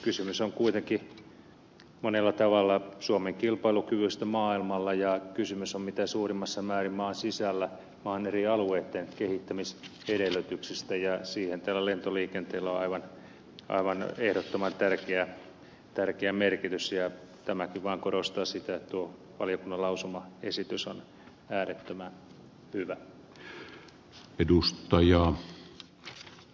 kysymys on kuitenkin monella tavalla suomen kilpailukyvystä maailmalla ja kysymys on mitä suurimmassa määrin maan sisällä maan eri alueitten kehittämisedellytyksistä ja siihen tällä lentoliikenteellä on aivan ehdottoman tärkeä merkitys ja tämäkin vaan korostaa sitä että tuo valiokunnan lausumaesitys on äärettömän hyvä